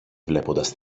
βλέποντας